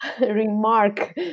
remark